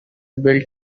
built